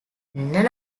none